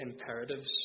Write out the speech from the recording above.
imperatives